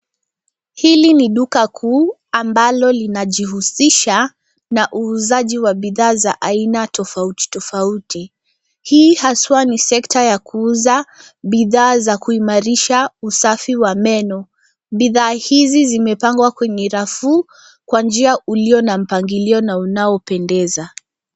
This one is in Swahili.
Hili ni duka kuu ambalo linajihusisha na uuzaji wa bidhaa za aina tofauti tofauti. Hii haswa ni sekta ya kuuza bidhaa za kuimarisha usafi wa meno. Bidhaa hizi zimepangwa kwenye rafu kwa njia iliyo na mpangilio na unaopendeza.